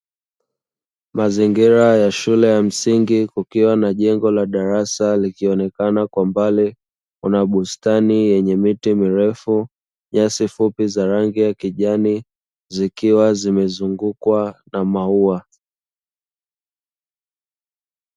Mazingira ya shule ya msingi kukiwa na kukiwa na jengo la darasa likionekana kwa mbali, kuna bustani yenye miti mirefu nyasi fupi za rangi ya kijani zikiwa zimezungukwa na maua.